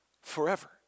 forever